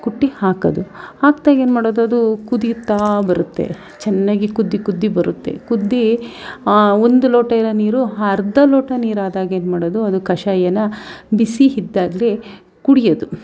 ಕುಟ್ಟಿ ಹಾಕೋದು ಹಾಕ್ದಾಗೇನು ಮಾಡೋದದು ಕುದಿತಾ ಬರುತ್ತೆ ಚೆನ್ನಾಗಿ ಕುದ್ದು ಕುದ್ದು ಬರುತ್ತೆ ಕುದ್ದು ಆ ಒಂದು ಲೋಟ ಇರೋ ನೀರು ಅರ್ಧ ಲೋಟ ನೀರಾದಾಗೇನು ಮಾಡೋದು ಅದು ಕಷಾಯನ ಬಿಸಿ ಇದ್ದಾಗ್ಲೇ ಕುಡಿಯೋದು